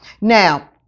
now